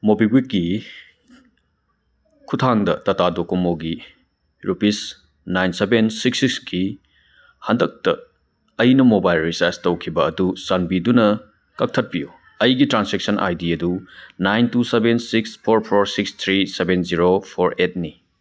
ꯃꯣꯕꯤꯀ꯭ꯋꯤꯛꯀꯤ ꯈꯨꯊꯥꯡꯗ ꯇꯥꯇꯥ ꯗꯣꯀꯣꯃꯣꯒꯤ rupees nine seven six six ꯀꯤ ꯍꯟꯗꯛꯇ ꯑꯩꯅ ꯃꯣꯕꯥꯏꯜ ꯔꯤꯆꯥꯔꯖ ꯇꯧꯈꯤꯕ ꯑꯗꯨ ꯆꯥꯟꯕꯤꯗꯨꯅ ꯀꯛꯊꯠꯄꯤꯌꯨ ꯑꯩꯒꯤ ꯇ꯭ꯔꯥꯟꯁꯦꯛꯁꯟ ꯑꯥꯏ ꯗꯤ ꯑꯗꯨ nine two seven six four four six three seven zero four ꯑꯦꯠꯅꯤ